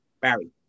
Barry